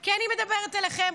כי אני מדברת אליכם,